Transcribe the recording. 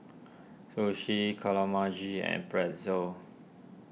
Sushi and Pretzel